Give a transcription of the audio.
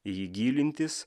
į jį gilintis